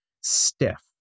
stiff